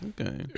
Okay